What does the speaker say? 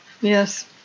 Yes